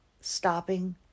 stopping